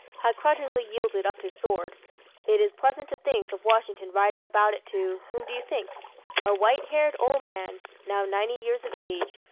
had grudgingly yielded up his sword it is pleasant to think of washington writing about it to whom do you think a white-haired old man now ninety years of age,